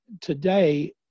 today